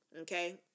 Okay